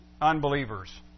unbelievers